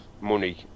money